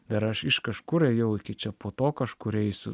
dar aš iš kažkur ėjau iki čia po to kažkur eisiu